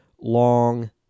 long